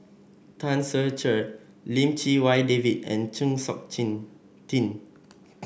Tan Ser Cher Lim Chee Wai David and Chng Seok Tin